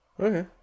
Okay